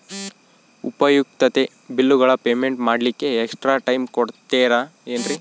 ಉಪಯುಕ್ತತೆ ಬಿಲ್ಲುಗಳ ಪೇಮೆಂಟ್ ಮಾಡ್ಲಿಕ್ಕೆ ಎಕ್ಸ್ಟ್ರಾ ಟೈಮ್ ಕೊಡ್ತೇರಾ ಏನ್ರಿ?